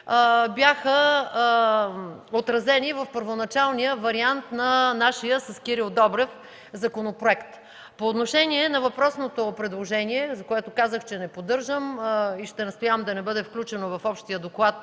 бяха отразени в първоначалния вариант на нашия законопроект с Кирил Добрев. По отношение на въпросното предложение, което казах, че не поддържам, и ще настоявам да не бъде включено в общия доклад